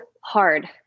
hard